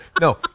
no